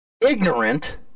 ignorant